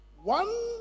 One